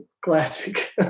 classic